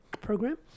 program